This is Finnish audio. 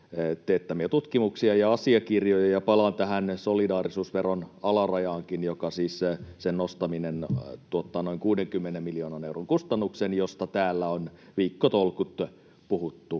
teettämiä tutkimuksia ja asiakirjoja ja palaa tähän solidaarisuusveron alarajaankin, jonka nostaminen siis tuottaa noin 60 miljoonan euron kustannuksen, josta täällä on viikkotolkut puhuttu